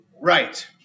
right